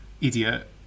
idiot